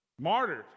martyred